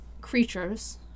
creatures